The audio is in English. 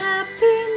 Happy